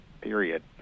period